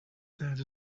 that